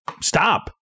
stop